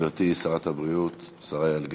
גברתי שרת הבריאות, השרה יעל גרמן,